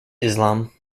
islam